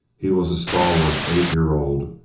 he was a stalwart eight-year old,